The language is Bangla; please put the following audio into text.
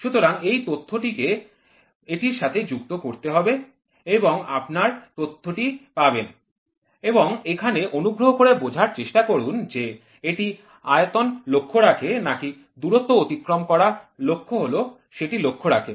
সুতরাং এই তথ্যটিকে এটির সাথেও যুক্ত করতে হবে এবং আপনি তথ্যটি পাবেন এবং এখানে অনুগ্রহ করে বোঝার চেষ্টা করুন যে এটি আয়তন লক্ষ্য রাখে নাকি যে দূরত্ব অতিক্রম করা হল সেটি লক্ষ্য রাখে